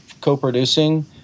co-producing